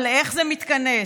אבל איך זה מתכנס?